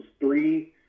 three